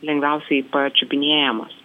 lengviausiai pačiupinėjamas